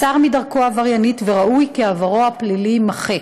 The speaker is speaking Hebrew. סר מדרכו העבריינית וראוי כי עברו הפלילי יימחק.